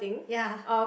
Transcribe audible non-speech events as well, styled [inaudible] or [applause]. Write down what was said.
ya [laughs]